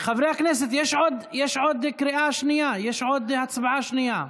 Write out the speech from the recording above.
חברי הכנסת, יש הצבעה שנייה מוצמדת.